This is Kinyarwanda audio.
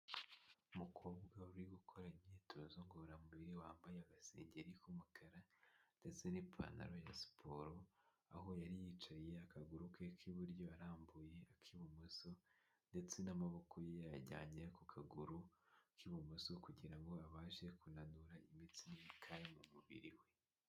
Umukobwa uri gukora imyitozo ngororamubiri, wambaye agasengeri k'umukara, ndetse n'ipantaro ya siporo, aho yari yicariye akaguru ke k'iburyo, arambuye ak'ibumoso, ndetse n'amaboko ye yayajyanye ku kaguru k'ibumoso, kugira ngo abashe kunanura imitsi, n'imikaya mu mubiri we.